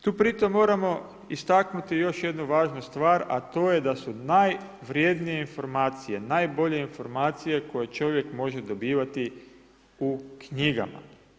Tu pri tome moramo istaknuti još jednu važnu stvar, a to je da su najvrijednije informacije, najbolje informacije koje čovjek može dobivati u knjigama.